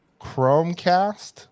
chromecast